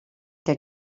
que